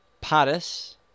Paris